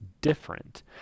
different